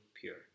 pure